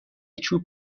چوب